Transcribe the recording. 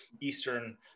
Eastern